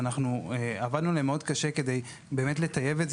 אבל אנחנו עבדנו מאוד קשה כדי לטייב אותן,